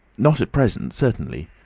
not at present, certainly.